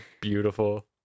beautiful